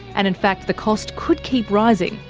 and in fact the cost could keep rising.